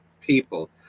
people